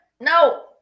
No